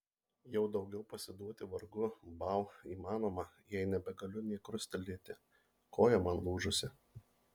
jau daugiau pasiduoti vargu bau įmanoma jei nebegaliu nė krustelėti koja man lūžusi